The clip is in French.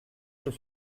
sur